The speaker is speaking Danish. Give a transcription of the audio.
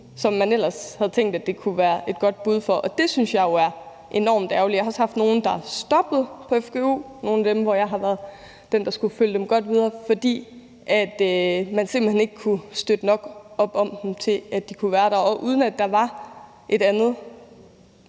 som man ellers havde tænkt det kunne være et godt bud for, og det synes jeg jo er enormt ærgerligt. Jeg har også haft nogle, der stoppede på fgu – nogle af dem, hvor jeg har været den, der skulle følge dem godt videre – fordi man simpelt hen ikke kunne støtte nok op om dem, til at de kunne være der, og uden, at der var en anden